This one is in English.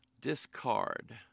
Discard